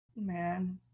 man